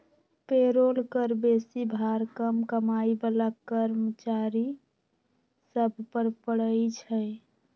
payroll कर बेशी भार कम कमाइ बला कर्मचारि सभ पर पड़इ छै